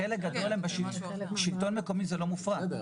השלטון המקומי לא מופרט,